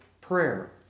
prayer